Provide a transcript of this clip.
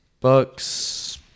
Bucks